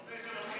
לפני שמתחיל